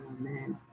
Amen